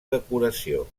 decoració